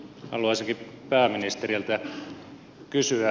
haluaisinkin pääministeriltä kysyä